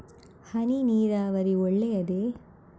ಹನಿ ನೀರಾವರಿ ಒಳ್ಳೆಯದೇ?